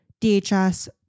DHS